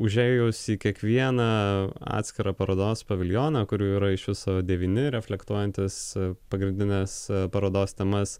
užėjus į kiekvieną atskirą parodos paviljoną kurių yra iš viso devyni reflektuojantys pagrindines parodos temas